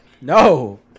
No